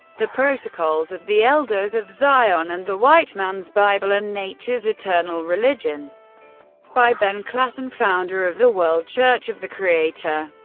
the protocols of the elders of zion, and the white man's bible and nature's eternal religion by ben klassen, founder of the world church of the creator.